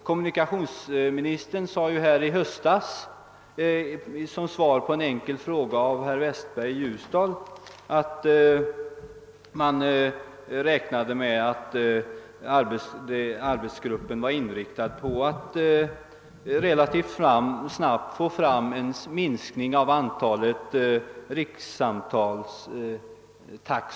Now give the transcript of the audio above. Kommunikationsministern sade i höstas som svar på en enkel fråga av herr Westberg i Ljusdal att man räknade med att arbetsgruppen var inriktad på att relativt snabbt åstadkomma en minskning av antalet rikssamtalstaxor.